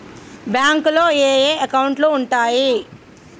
బ్యాంకులో ఏయే అకౌంట్లు ఉంటయ్?